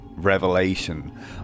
revelation